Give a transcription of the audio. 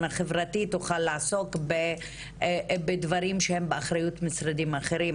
החברתי תוכל לעסוק בדברים שהם באחריות משרדים אחרים,